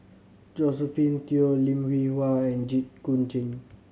Josephine Teo Lim Hwee Hua and Jit Koon Ch'ng